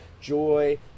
joy